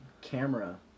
camera